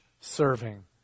serving